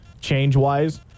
change-wise